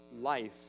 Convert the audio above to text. life